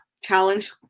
challenge